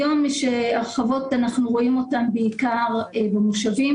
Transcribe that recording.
היום יש הרחבות ואנחנו רואים אותן בעיקר במושבים.